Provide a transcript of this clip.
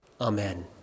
Amen